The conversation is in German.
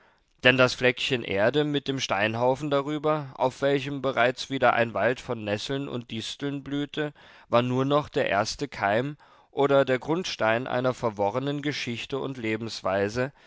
denn das fleckchen erde mit dem steinhaufen darüber auf welchem bereits wieder ein wald von nesseln und disteln blühte war nur noch der erste keim oder der grundstein einer verworrenen geschichte und lebensweise